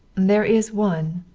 there is one,